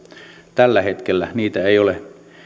tällä hetkellä niitä ei ole